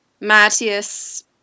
Matthias